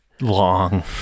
long